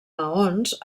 maons